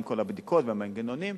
עם כל הבדיקות והמנגנונים.